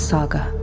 Saga